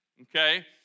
okay